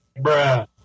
Bruh